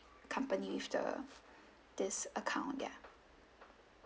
company with the this account ya